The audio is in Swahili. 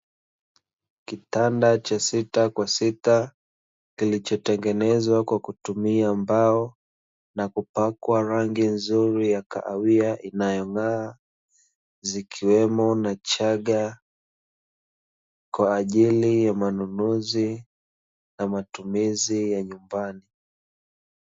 Kitanda cha sita kwa sita kilichotengenezwa kwa kutumia mbao na kupakwa rangi nzuri ya kahawia inayong’aa zikiwemo na chaga kwa ajili ya manunuzi na matumizi ya nyumbani.